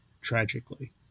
tragically